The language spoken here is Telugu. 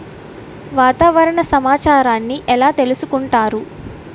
వాతావరణ సమాచారాన్ని ఎలా తెలుసుకుంటారు?